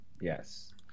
yes